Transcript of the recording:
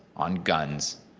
on guns,